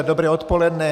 Dobré odpoledne.